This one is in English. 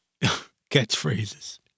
catchphrases